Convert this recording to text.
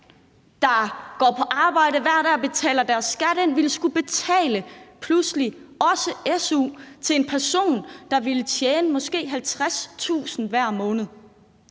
der går på arbejde hver dag og betaler deres skat, pludselig også ville skulle betale su til en person, der tjener måske 50.000 kr. om måneden.